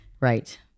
Right